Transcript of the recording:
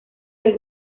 del